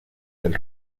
del